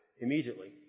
immediately